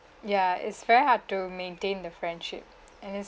ya it's very hard to maintain the friendship and it's